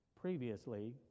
previously